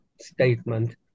statement